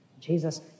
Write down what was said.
Jesus